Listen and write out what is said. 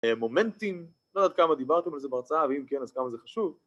מומנטים, לא יודע עד כמה דיברתם על זה בהרצאה, ואם כן אז כמה זה חשוב